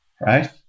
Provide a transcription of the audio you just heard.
right